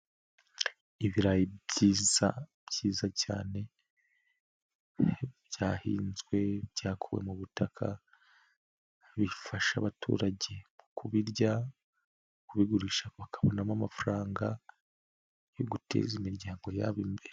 Ibirayi biza byiza cyane byahinzwe byakuwe mu butaka, bifasha abaturage kubirya kubigurisha bakabonamo amafaranga yo guteza imiryango yabo imbere.